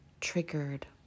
triggered